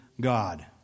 God